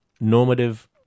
normative